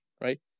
right